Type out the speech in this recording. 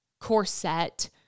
corset